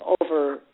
over